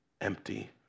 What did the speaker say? Empty